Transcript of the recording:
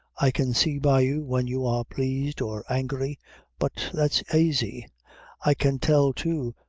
i can see by you when you are pleased or angry but that's aisy i can tell, too,